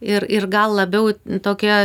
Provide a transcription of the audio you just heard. ir ir gal labiau tokia